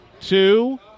two